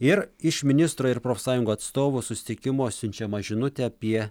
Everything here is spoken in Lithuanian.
ir iš ministro ir profsąjungų atstovų susitikimo siunčiama žinutė apie